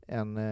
en